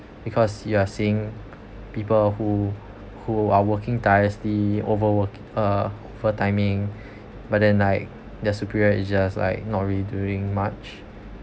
because you are seeing people who who are working tirelessly overworki~ uh timing but then like their superior is just like not doing really much